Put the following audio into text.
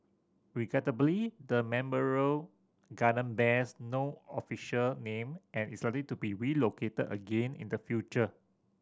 regrettably the memorial garden bears no official name and is likely to be relocated again in the future